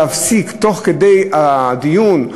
להפסיק תוך כדי הדיון,